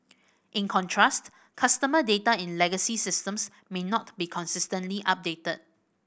in contrast customer data in legacy systems may not be consistently updated